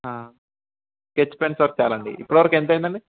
sketch pens వరకు చాలు అండి ఇప్పుడు వరకు ఎంత అయింది అండి